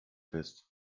fest